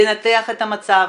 לנתח את המצב,